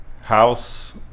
House